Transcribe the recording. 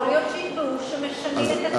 יכול להיות שיקבעו שמשנים את הכיוון,